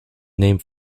named